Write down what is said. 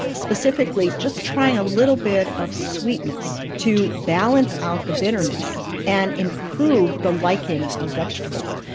specifically just trying a little bit of sweetness to balance out the bitterness and improve the liking of vegetables.